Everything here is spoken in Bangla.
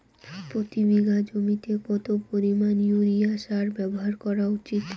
প্রতি বিঘা জমিতে কত পরিমাণ ইউরিয়া সার ব্যবহার করা উচিৎ?